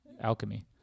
alchemy